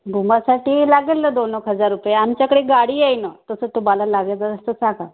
घुमासाठी लागेल ना दोनेक हजार रुपये आमच्याकडे गाडी आहे नं तसं तुम्हाला लागेलच तर सांगा